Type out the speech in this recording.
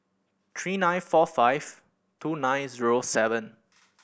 three nine four five two nine zero seven